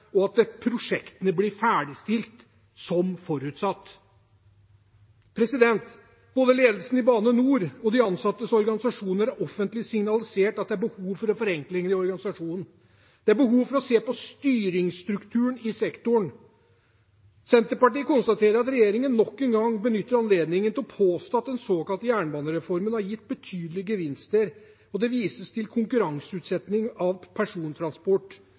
og at prosjektene blir ferdigstilt som forutsatt. Både ledelsen i Bane NOR og de ansattes organisasjoner har offentlig signalisert at det er behov for forenklinger i organisasjonen. Det er behov for å se på styringsstrukturen i sektoren. Senterpartiet konstaterer at regjeringen nok en gang benytter anledningen til å påstå at den såkalte jernbanereformen har gitt betydelige gevinster, og det vises til konkurranseutsetting av persontransport,